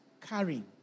carrying